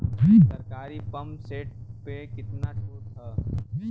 सरकारी pump set प कितना छूट हैं?